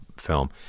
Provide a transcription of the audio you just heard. film